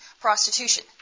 prostitution